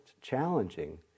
challenging